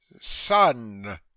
son